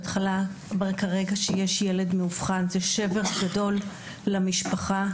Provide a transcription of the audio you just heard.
ברגע שיש ילד מאובחן זה שבר גדול למשפחה,